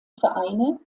vereine